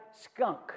skunk